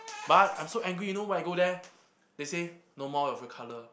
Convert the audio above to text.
but I'm so angry you know when I go there they say no more of your color